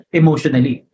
emotionally